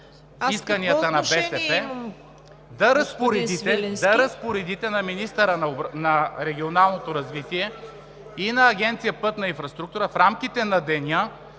Аз какво отношение имам, господин Свиленски?